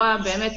יהודי,